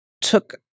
took